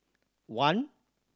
one